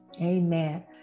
Amen